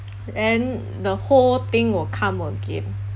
then the whole thing will come again